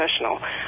professional